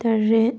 ꯇꯔꯦꯠ